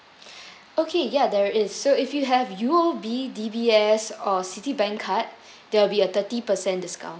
okay ya there is so if you have U_O_B D_B_S or Citibank card there will be a thirty percent discount